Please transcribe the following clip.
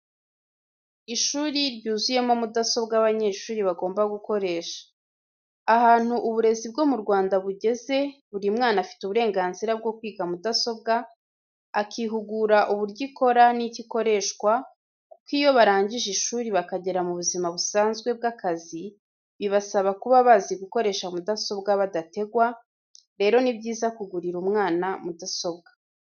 Ishuri ryuzuyemo mudasobwa abanyeshuri bagomba gukoresha, ahantu uburezi bwo mu Rwanda bugeze buri mwana afite uburenganzira bwo kwiga mudasobwa, akihugura uburyo ikora n'icyo ikoreshwa kuko iyo barangije ishuri bakagera mu buzima busanzwe bw'akazi bibasaba kuba bazi gukoresha mudasobwa badategwa, rero ni byiza kugurira umwana mudasobwa.